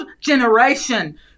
generation